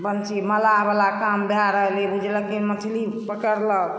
बंसी मलाहबला काम भय रहलै बुझलखिन मछली पकड़लक